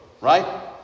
right